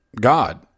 God